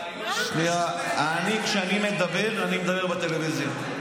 אני, כשאני מדבר, אני מדבר בטלוויזיה.